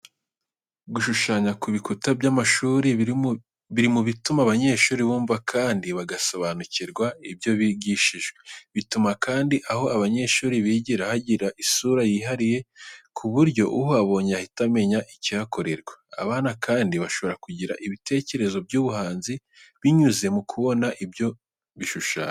Gushushanya ku bikuta by'amashuri biri mu bituma abanyeshuri bumva kandi bagasobanukirwa ibyo bigishijwe. Bituma kandi aho abanyeshuri bigira hagira isura yihariye ku buryo uhabonye ahita amenya ikihakorerwa. Abana kandi bashobora kugira ibitekerezo by'ubuhanzi, binyuze mu kubona ibyo bishushanyo.